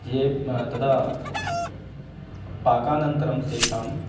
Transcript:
ये तदा पाकानन्तरं तेषाम्